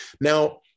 Now